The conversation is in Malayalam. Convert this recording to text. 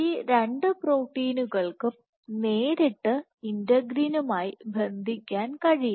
ഈ രണ്ട് പ്രോട്ടീനുകൾക്കും നേരിട്ട് ഇന്റഗ്രിനുകളുമായി ബന്ധിക്കാൻ കഴിയും